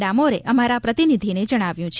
ડામોરે અમારા પ્રતિનિધિને જણાવ્યું છે